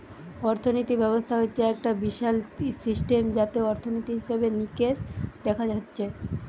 অর্থিনীতি ব্যবস্থা হচ্ছে একটা বিশাল সিস্টেম যাতে অর্থনীতি, হিসেবে নিকেশ দেখা হচ্ছে